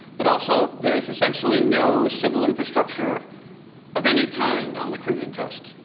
but also there's essentially no civil infrastructure of any kind on the caribbean coast.